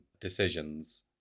decisions